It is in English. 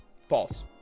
false